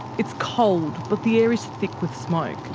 it's cold, but the air is thick with smoke.